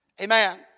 Amen